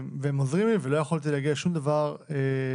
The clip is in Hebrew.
הם עוזרים לי ולא יכולתי להגיע לשום דבר בלעדיהם.